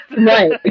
Right